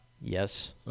Yes